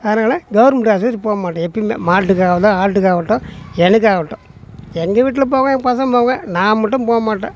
அதனால் கவர்மெண்ட்டு ஆஸ்பித்திரி போக மாட்டேன் எப்பைபோயுமே மாட்டுக்காகட்டும் ஆட்டுக்காவகட்டும் எனக்காகட்டும் எங்கள் வீட்டில் போவேன் என் பசங்க போவேன் நான் மட்டும் போக மாட்டேன்